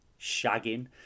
shagging